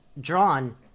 drawn